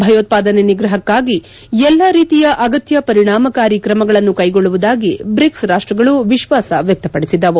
ಭಯೋತ್ಪಾದನೆ ನಿಗ್ರಹಕ್ಕಾಗಿ ಎಲ್ಲಾ ರೀತಿಯ ಅಗತ್ಯ ಪರಿಣಾಮಕಾರಿ ಕ್ರಮಗಳನ್ನು ಕ್ಟೆಗೊಳ್ಳುವುದಾಗಿ ಬ್ರಿಕ್ಸ್ ರಾಷ್ಷಗಳು ವಿಶ್ವಾಸ ವ್ಯಕ್ತಪಡಿಸಿದವು